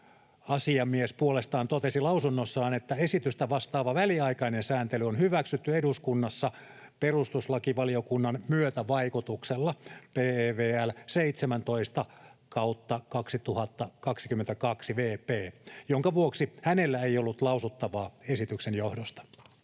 oikeusasiamies puolestaan totesi lausunnossaan, että esitystä vastaava väliaikainen sääntely on hyväksytty eduskunnassa perustuslakivaliokunnan myötävaikutuksella — PeVL 17/2022 vp — minkä vuoksi hänellä ei ollut lausuttavaa esityksen johdosta.